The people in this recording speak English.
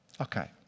Okay